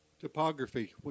Topography